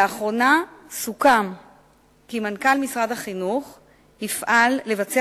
לאחרונה סוכם כי מנכ"ל משרד החינוך יפעל לבצע